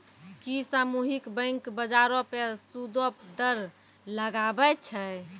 कि सामुहिक बैंक, बजारो पे सूदो दर लगाबै छै?